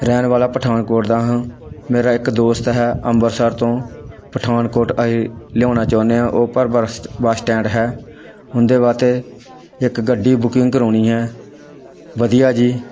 ਰਹਿਣ ਵਾਲਾ ਪਠਾਨਕੋਟ ਦਾ ਹਾਂ ਮੇਰਾ ਇੱਕ ਦੋਸਤ ਹੈ ਅੰਬਰਸਰ ਤੋਂ ਪਠਾਨਕੋਟ ਆਏ ਲਿਆਉਣਾ ਚਾਹੁੰਦੇ ਹਾਂ ਉਹ ਪਰ ਬਸਟ ਬੱਸ ਸਟੈਂਡ ਹੈ ਉਹਦੇ ਵਾਸਤੇ ਇੱਕ ਗੱਡੀ ਬੁਕਿੰਗ ਕਰਵਾਉਣੀ ਹੈ ਵਧੀਆ ਜਿਹੀ